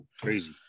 Crazy